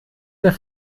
der